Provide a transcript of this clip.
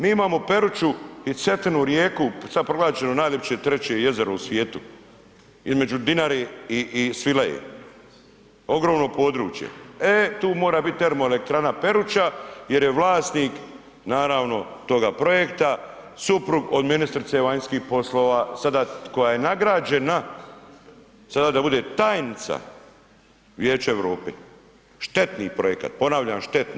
Mi imamo Peruču i Cetinu rijeku, sad proglašeno najljepše treće jezero u svijetu, između Dinare i Svilaje, ogromno područje, e tu mora biti termoelektrana Peruča jer je vlasnik naravno toga projekta suprug od ministrice vanjskih poslova sada koja je nagrađena sada da bude tajnica Vijeća Europe, štetni projekat, ponavljam štetni.